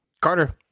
Carter